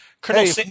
Colonel